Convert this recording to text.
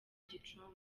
gicumbi